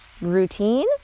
routine